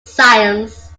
science